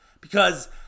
because-